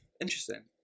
Interesting